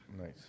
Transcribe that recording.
nice